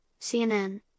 CNN